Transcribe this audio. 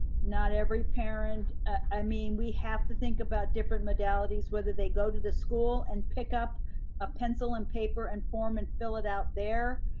not every parent, i mean, we have to think about different modalities, whether they go to the school and pick up a pencil and paper and form and fill it out there.